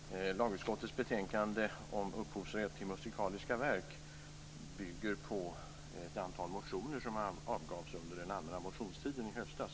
Fru talman! Lagutskottets betänkande om upphovsrätt till musikaliska verk bygger på ett antal motioner som avgavs under den allmänna motionstiden i höstas.